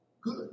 good